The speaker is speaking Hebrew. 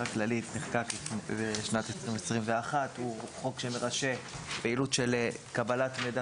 נחקק בשנת 2021 והוא חוק שמרשה פעילות של קבלת מידע